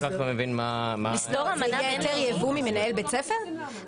יהיה היתר יבוא ממנהל בית ספר.